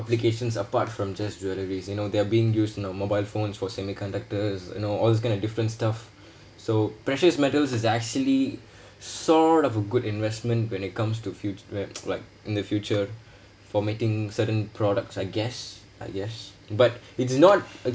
applications apart from just jewelries you know they're being used in uh mobile phones for semiconductors know all this kind of different stuff so precious metals is actually sort of a good investment when it comes to futu~ w~ like in the future for making certain products I guess I guess but it's not a